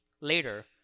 Later